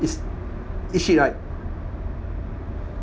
it's eat shit right